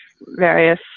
various